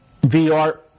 VR